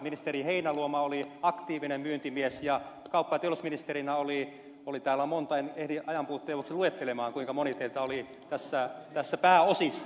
ministeri heinäluoma oli aktiivinen myyntimies ja kauppa ja teollisuusministerinä oli täällä monta en ehdi ajanpuutteen vuoksi luettelemaan kuinka moni teiltä oli tässä pääosissa